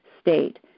state